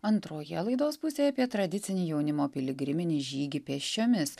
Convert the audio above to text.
antroje laidos pusėje apie tradicinį jaunimo piligriminį žygį pėsčiomis